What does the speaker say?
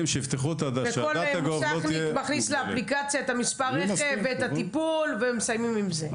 כל מוסכניק מכניס לאפליקציה את מספר הרכב ואת הטיפול ומסיימים עם זה.